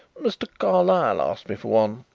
mr. carlyle asked me for one.